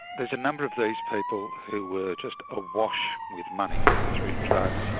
there's a number of these people who were just awash with money through drugs,